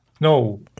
no